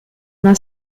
una